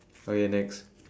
okay next